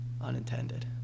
Unintended